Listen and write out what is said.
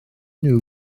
nhw